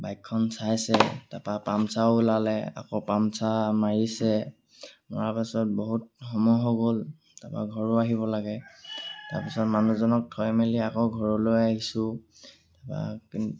বাইকখন চাইছে তাৰপৰা পামচাৰো ওলালে আকৌ পামচাৰ মাৰিছে মৰা পাছত বহুত সময় হৈ গ'ল তাৰপৰা ঘৰো আহিব লাগে তাৰপিছত মানুহজনক থৈ মেলি আকৌ ঘৰলৈ আহিছোঁ তাৰপৰা কিন্তু